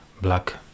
black